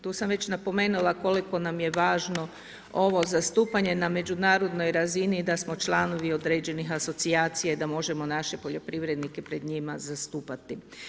Tu sam već napomenula koliko nam je važno ovo zastupanje na međunarodnoj razini i da smo članovi određenih asocijacija i da možemo naše poljoprivrednike pred njima zastupati.